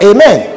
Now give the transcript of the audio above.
Amen